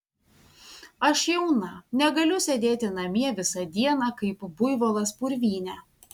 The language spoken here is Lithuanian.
aš jauna negaliu sėdėti namie visą dieną kaip buivolas purvyne